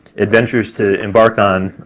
adventures to embark on,